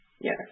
Yes